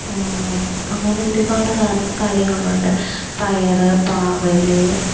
അങ്ങനെ ഒരുപാട് കാര്യങ്ങളുണ്ട് പയര് പാവല്